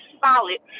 solid